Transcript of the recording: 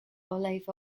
olive